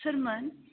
सोरमोन